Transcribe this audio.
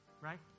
right